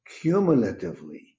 cumulatively